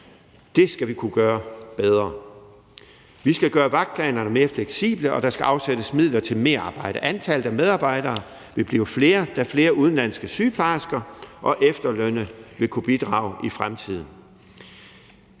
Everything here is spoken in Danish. Det skal vi kunne gøre bedre. Vi skal gøre vagtplanerne mere fleksible, og der skal afsættes midler til merarbejde. Antallet af medarbejdere vil blive flere, da flere udenlandske sygeplejersker og efterlønnere vil kunne bidrage i fremtiden.